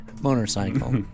motorcycle